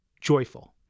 joyful